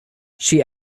she